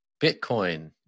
Bitcoin